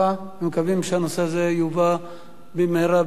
אנחנו מקווים שהנושא הזה יובא במהרה בימינו,